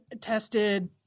tested